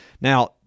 Now-